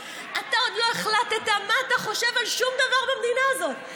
אתה עוד לא החלטת מה אתה חושב על שום דבר במדינה הזאת.